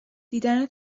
دیدن